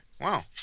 Wow